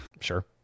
sure